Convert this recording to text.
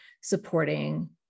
supporting